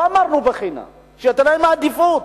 לא אמרנו בחינם, שתהיה להם העדיפות.